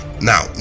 Now